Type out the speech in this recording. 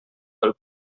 pel